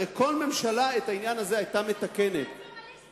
הרי כל ממשלה היתה מתקנת את זה.